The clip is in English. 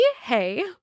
Hey